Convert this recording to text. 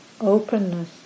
openness